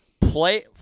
play—